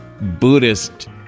Buddhist